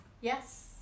Yes